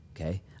okay